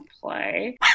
play